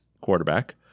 quarterback